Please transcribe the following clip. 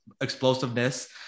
explosiveness